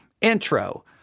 intro